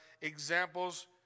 examples